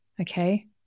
Okay